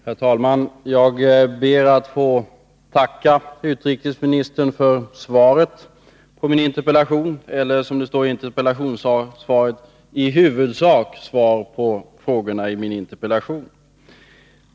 Herr talman! Jag ber att få tacka utrikesministern för svaret på min interpellation eller för att min interpellation — som det står i interpellationssvaret — ”i huvudsak” har besvarats.